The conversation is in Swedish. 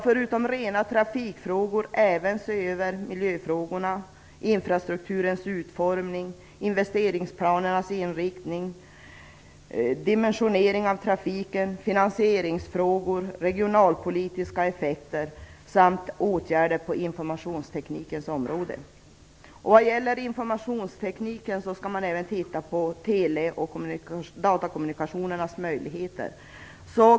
Förutom rena trafikfrågor skall kommissionen även se över miljöfrågorna, infrastrukturens utformning, investeringsplanernas inriktning, dimensionering av trafiken, finansieringsfrågor, regionalpolitiska effekter samt åtgärder på informationsteknikens område. När det gäller informationstekniken skall man också titta på tele och datakommunikationernas möjligheter.